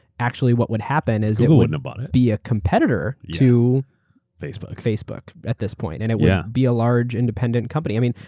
actually what would happen is it wouldn't but be a competitor to facebook facebook at this point. and it would yeah be a large independent company. i mean,